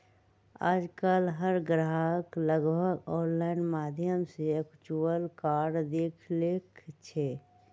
आजकल हर ग्राहक लगभग ऑनलाइन माध्यम से वर्चुअल कार्ड देख लेई छई